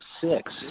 six